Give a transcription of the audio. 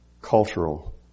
cultural